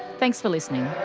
thanks for listening